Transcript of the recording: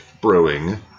brewing